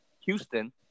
Houston